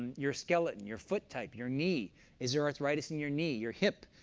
your skeleton, your foot type, your knee is there arthritis in your knee your hip,